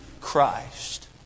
Christ